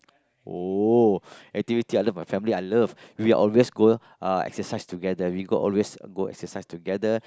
oh activity my family I love we always go uh exercise together we go always go exercise together